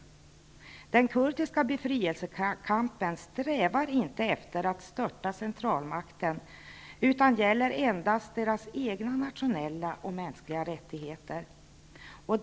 Den kurdiska befrielsekampen strävar inte efter att störta centralmakten utan gäller endast kurdernas egna nationella och mänskliga rättigheter.